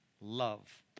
Love